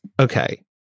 okay